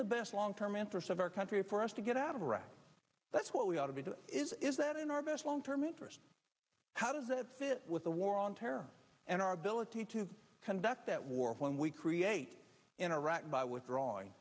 the best long term interests of our country for us to get out of iraq that's what we ought to do is is that in our best long term interest how does that fit with the war on terror and our ability to conduct that war when we create in iraq by withdrawing